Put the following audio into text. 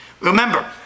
Remember